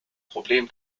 problem